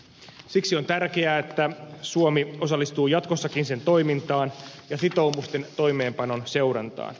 siksi on tärkeää että suomi osallistuu jatkossakin sen toimintaan ja sitoumusten toimeenpanon seurantaan